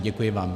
Děkuji vám.